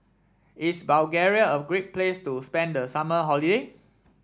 is Bulgaria a great place to spend the summer holiday